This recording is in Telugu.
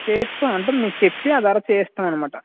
చేయిస్తాము అంటే మీకు చెప్పి ఆ తరవాత చేయిస్తామన్నమాట